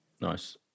Nice